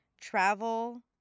travel